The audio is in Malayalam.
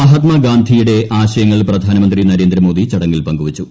മഹാത്മാഗാന്ധിയുടെ ആശയങ്ങൾ പ്രധാനമന്ത്രി നരേന്ദ്രമോദി ചടങ്ങിൽ പങ്കുവച്ചു